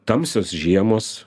tamsios žiemos